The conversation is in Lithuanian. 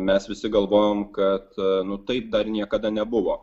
mes visi galvojom kad nu taip dar niekada nebuvo